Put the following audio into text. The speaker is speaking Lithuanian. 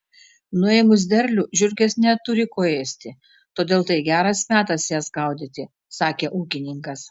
nuėmus derlių žiurkės neturi ko ėsti todėl tai geras metas jas gaudyti sakė ūkininkas